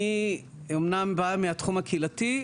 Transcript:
אני אומנם באה מהתחום הקהילתי,